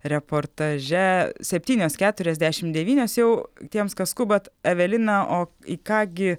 reportaže septynios keturiasdešim devynios jau tiems kas skubat evelina o į ką gi